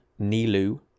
Nilu